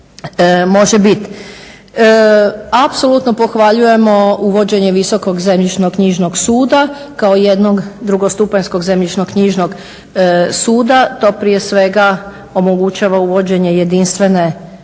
može bit. Apsolutno pohvaljujemo uvođenje Visokog zemljišnoknjižnog suda kao jednog drugostupanjskog zemljišnoknjižnog suda. To prije svega omogućava uvođenje jedinstvene